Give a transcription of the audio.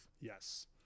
Yes